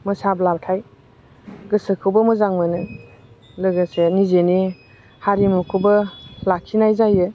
मोसाब्लाथाय गोसोखौबो मोजां मोनो लोगोसे निजिनि हारिमुखौबो लाखिनाय जायो